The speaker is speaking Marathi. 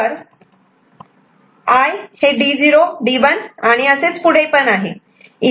तर I D0 D1 आणि असेच पुढे आहे